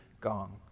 gong